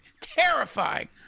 terrifying